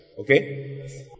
Okay